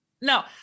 No